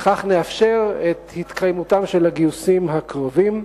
ובכך נאפשר את התקיימותם של הגיוסים הקרובים.